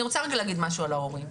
אני רוצה להגיד משהו על ההורים,